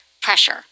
pressure